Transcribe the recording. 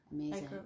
Amazing